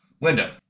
Linda